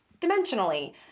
dimensionally